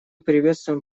приветствуем